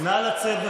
נא לצאת.